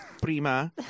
Prima